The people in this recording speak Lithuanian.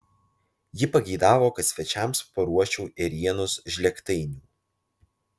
ji pageidavo kad svečiams paruoščiau ėrienos žlėgtainių